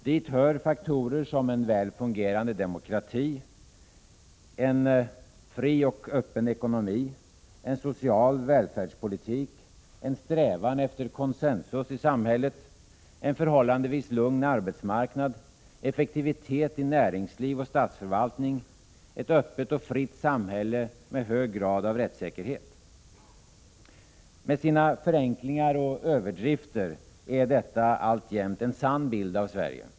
Dit hör faktorer som en väl fungerande demokrati, en fri och öppen ekonomi, en social välfärdspolitik, en strävan efter consensus i samhället, en förhållandevis lugn arbetsmarknad, effektivitet i näringsliv och statsförvaltning, ett öppet och fritt samhället med hög grad av rättssäkerhet. Med sina förenklingar och överdrifter är detta alltjämt en sann bild av Sverige.